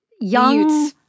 young